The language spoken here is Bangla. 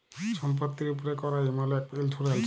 ছম্পত্তির উপ্রে ক্যরা ইমল ইক ইল্সুরেল্স